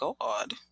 God